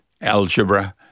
algebra